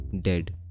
dead